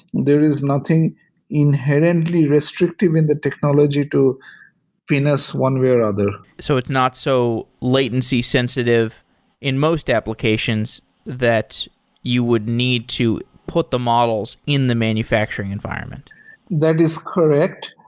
there is nothing inherently restrictive in the technology to pin us one way or other so it's not so latency-sensitive in most applications that you would need to put the models in the manufacturing environment that is correct.